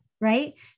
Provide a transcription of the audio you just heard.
right